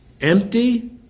empty